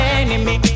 enemy